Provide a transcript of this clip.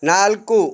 ನಾಲ್ಕು